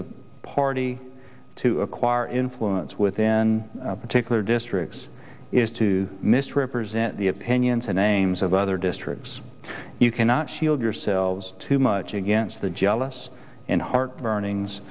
a party to acquire influence within a particular districts is to mis represent the opinions and names of other districts you cannot shield yourselves too much against the jealous in heart burnings